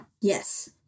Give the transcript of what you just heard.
Yes